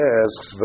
asks